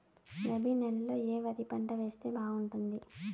రబి నెలలో ఏ వరి పంట వేస్తే బాగుంటుంది